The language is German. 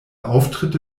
auftritte